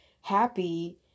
happy